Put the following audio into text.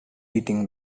eating